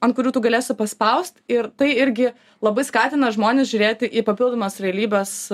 ant kurių tu galėsi paspaust ir tai irgi labai skatina žmones žiūrėti į papildomos realybės